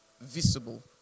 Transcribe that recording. visible